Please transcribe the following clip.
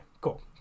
Cool